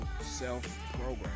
self-program